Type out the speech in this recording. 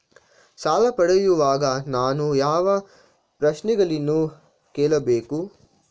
ಸಾಲ ಪಡೆಯುವಾಗ ನಾನು ಯಾವ ಪ್ರಶ್ನೆಗಳನ್ನು ಕೇಳಬೇಕು?